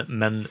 men